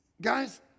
guys